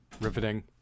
riveting